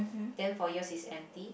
then for yours is empty